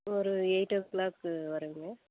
ஒரு eight o'clock வர்றோம்ங்க